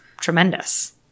tremendous